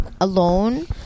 alone